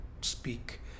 speak